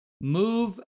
Move